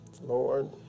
Lord